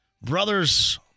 Brothers